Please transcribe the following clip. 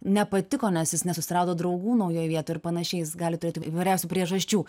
nepatiko nes jis nesusirado draugų naujoj vietoj ir panašiai jis gali turėti įvairiausių priežasčių